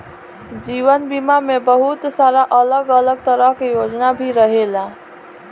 जीवन बीमा में बहुत सारा अलग अलग तरह के योजना भी रहेला